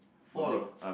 fall